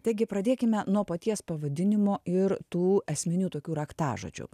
taigi pradėkime nuo paties pavadinimo ir tų esminių tokių raktažodžių